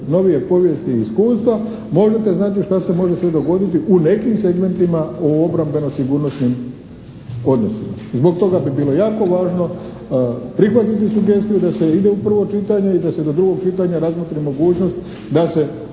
novije povijesti i iskustva možete znati što se može sve dogoditi u nekim segmentima u obrambeno-sigurnosnim odnosima. Zbog toga bi bilo jako važno prihvatiti sugestiju da se ide u prvo čitanje i da se do drugog čitanja razmotri mogućnost da se